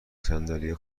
صندلی